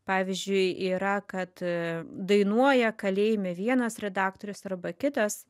pavyzdžiui yra kad dainuoja kalėjime vienas redaktorius arba kitas